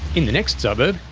in the next suburb,